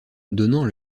donnant